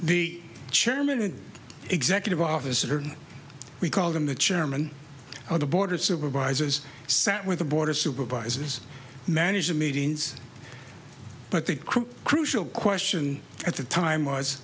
the chairman an executive officer we call them the chairman of the board of supervisors sat with the board of supervisors manage the meetings but the crew crucial question at the time was